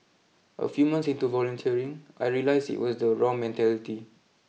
a few months into volunteering I realised it was the wrong mentality